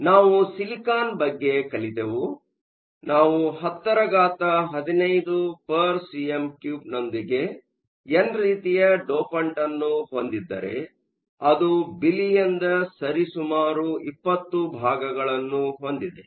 ಆದ್ದರಿಂದ ನಾವು ಸಿಲಿಕಾನ್ ಬಗ್ಗೆ ಕಲಿತೇವು ನಾನು 1015 cm 3 ನೊಂದಿಗೆ ಎನ್ ರೀತಿಯ ಡೋಪಂಟ್ನ್ನು ಹೊಂದಿದ್ದರೆ ಅದು ಬಿಲಿಯನ್ನ ಸರಿಸುಮಾರು 20 ಭಾಗಗಳನ್ನು ಹೊಂದಿದೆ